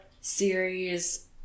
series